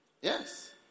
Yes